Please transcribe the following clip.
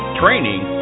training